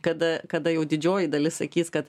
kada kada jau didžioji dalis sakys kad